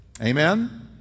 Amen